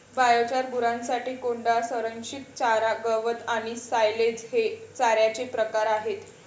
biochar, गुरांसाठी कोंडा, संरक्षित चारा, गवत आणि सायलेज हे चाऱ्याचे प्रकार आहेत